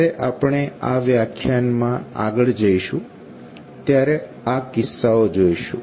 જ્યારે આપણે આ વ્યાખ્યાનમાં આગળ જશુ ત્યારે આ કિસ્સાઓ જોઈશું